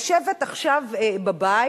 לשבת עכשיו בבית,